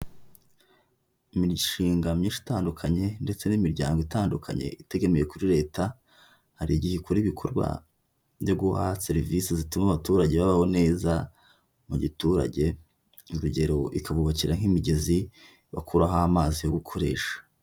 Imishinga myinshi itandukanye ndetse n'imiryango itandukanye itegamiye kuri leta hari igihe ikora ibikorwa byo guha serivisi zituma abaturage babaho neza mu giturage, urugero ikabubakira nk'imigezi bakuraho amazi yo gukoresha.